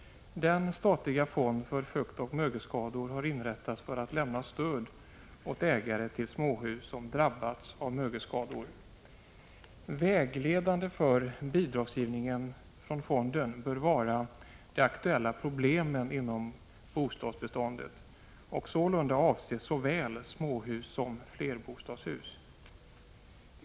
Den statliga fonden för fuktoch mögelskador har inrättats för att lämna stöd åt ägare till småhus som drabbats av mögelskador. Vägledande för bidragsgivningen från fonden bör vara de aktuella problemen inom bostadsbeståndet och sålunda avse såväl småhus som flerbostadshus.